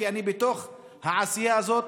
כי אני בתוך העשייה הזאת,